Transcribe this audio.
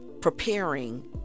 preparing